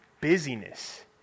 busyness